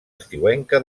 estiuenca